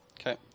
Okay